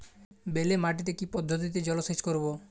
বেলে মাটিতে কি পদ্ধতিতে জলসেচ করব?